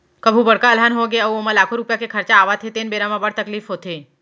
कभू बड़का अलहन होगे अउ ओमा लाखों रूपिया के खरचा आवत हे तेन बेरा बड़ तकलीफ होथे